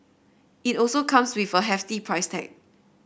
it also comes with a hefty price tag